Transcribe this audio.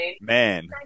man